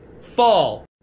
fall